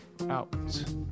out